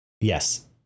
yes